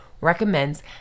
recommends